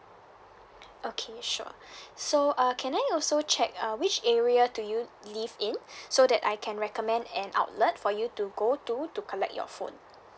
okay sure so uh can I also check uh which area do you live in so that I can recommend an outlet for you to go to to collect your phone